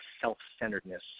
self-centeredness